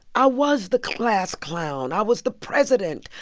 i was the class clown. i was the president.